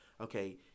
okay